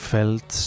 Felt